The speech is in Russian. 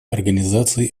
организации